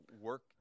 work